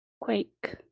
quake